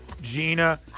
Gina